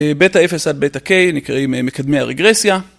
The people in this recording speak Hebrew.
בטא 0 עד בטא k נקראים מקדמי הרגרסיה.